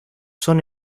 son